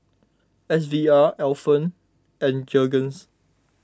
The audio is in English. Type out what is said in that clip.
S V R Alpen and Jergens